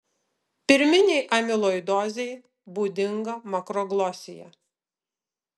pirminei amiloidozei būdinga makroglosija